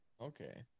Okay